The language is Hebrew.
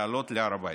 לעלות להר הבית.